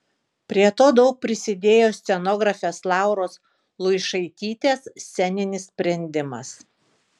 prie to daug prisidėjo scenografės lauros luišaitytės sceninis sprendimas